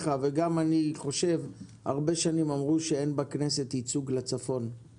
תודה רבה, חברת הכנסת יעל רון בן